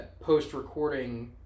post-recording